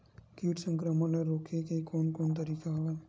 कीट संक्रमण ल रोके के कोन कोन तरीका हवय?